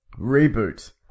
reboot